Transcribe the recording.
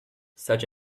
such